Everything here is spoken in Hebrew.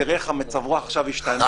תראה איך מצב הרוח עכשיו השתנה...